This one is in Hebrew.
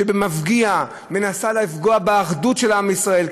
שבמפגיע מנסה לפגוע באחדות של עם ישראל,